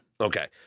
Okay